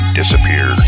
disappear